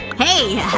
hey!